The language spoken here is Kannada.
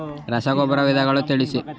ರಸಗೊಬ್ಬರಗಳ ವಿಧಗಳನ್ನು ತಿಳಿಸಿ?